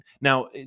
now